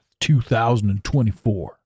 2024